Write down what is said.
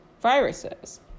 viruses